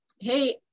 hey